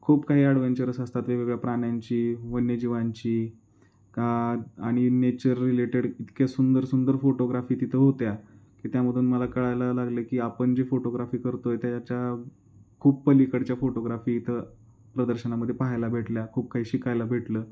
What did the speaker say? खूप काही ॲडवेंचरस असतात वेगवेगळ्या प्राण्यांची वन्यजीवांची का आणि नेचर रिलेटेड इतक्या सुंदर सुंदर फोटोग्राफी तिथं होत्या की त्यामधून मला कळायला लागलं की आपण जी फोटोग्राफी करतो आहे त्या याच्या खूप पलीकडच्या फोटोग्राफी इथं प्रदर्शनामध्ये पाहायला भेटल्या खूप काही शिकायला भेटलं